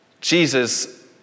Jesus